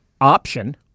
option